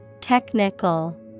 Technical